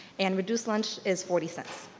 and reduced lunch is forty cents.